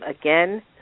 again